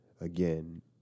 again